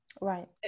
Right